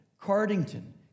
Cardington